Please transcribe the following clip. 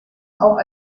auch